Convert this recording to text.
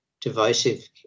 divisive